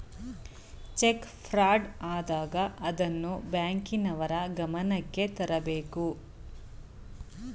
check fraud ಆದಾಗ ಅದನ್ನು ಬ್ಯಾಂಕಿನವರ ಗಮನಕ್ಕೆ ತರಬೇಕು ತರಬೇಕು ತರಬೇಕು